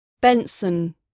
Benson